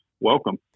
welcome